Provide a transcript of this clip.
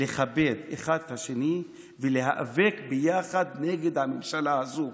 לכבד אחד את השני ולהיאבק ביחד נגד הממשלה הזו.